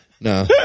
No